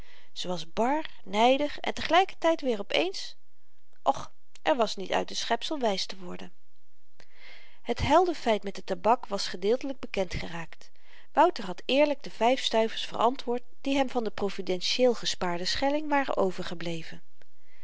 was bar nydig en te gelyker tyd weer op eens och er was niet uit het schepsel wys te worden het heldenfeit met de tabak was gedeeltelyk bekend geraakt wouter had eerlyk de vyf stuivers verantwoord die hem van den providentieel gespaarden schelling waren overgebleven